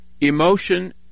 emotion